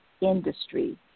industry